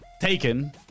taken